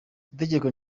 itegeko